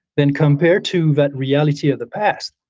then compared to that reality of the past,